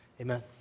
Amen